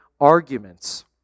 arguments